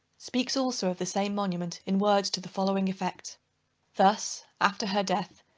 speaks also of the same monument in words to the following effect thus, after her death,